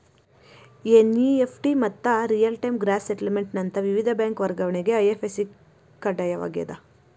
NEFT ಮತ್ತ real time gross settlement ನಂತ ವಿವಿಧ ಬ್ಯಾಂಕ್ ವರ್ಗಾವಣೆಗೆ ಐ.ಎಫ್.ಎಸ್.ಸಿ ಕಡ್ಡಾಯವಾಗ್ಯದ